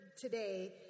today